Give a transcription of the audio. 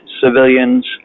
civilians